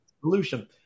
solution